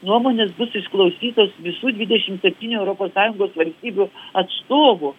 nuomonės bus išklausytos visų dvidešim septynių europos sąjungos valstybių atstovų